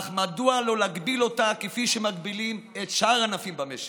אך מדוע לא להגביל אותה כפי שמגבילים את שאר הענפים במשק?